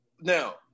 now